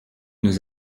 nous